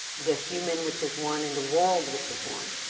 the human, which is one and the world which is one,